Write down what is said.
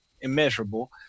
immeasurable